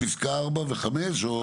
ולא שכל מה שאנחנו קוראים cherry picking.